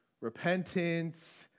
repentance